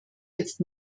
jetzt